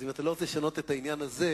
אם אתה לא רוצה לשנות את העניין הזה,